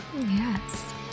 yes